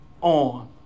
on